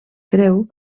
creu